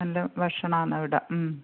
നല്ല ഭക്ഷണമാണ് ഇവിടെ ഉം